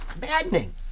maddening